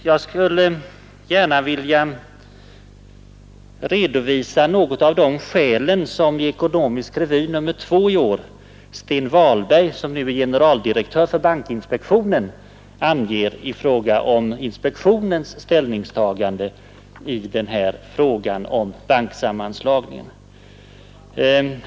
Jag skulle gärna vilja redovisa några av de skäl som i Ekonomisk revy nr 2 i år Sten Walberg, generaldirektör för bankinspektionen, anger när det gäller inspektionens ställningstagande i fråga om den här banksammanslagningen.